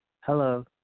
Hello